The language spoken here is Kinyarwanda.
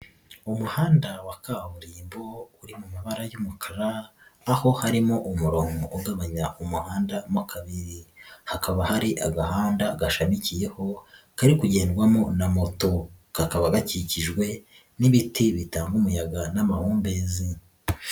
umuhanda wa kaburimbo uri mu mabara y'umukara aho harimo umurongo ugabanya umuhanda mo kabiri, hakaba hari agahanda gashamikiyeho kari kugendwamo na moto, kakaba gakikijwe n'ibiti bitanga umuyaga n'amahumbezi.